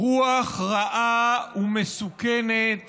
רוח רעה ומסוכנת